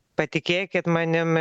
patikėkit manim